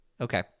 okay